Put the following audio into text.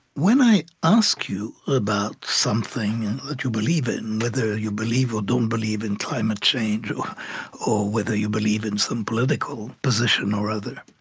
when i ask you about something and that you believe in whether you believe or don't believe in climate change or or whether you believe in some political position or other